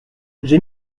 j’ai